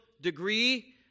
degree